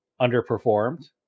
underperformed